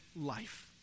life